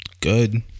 good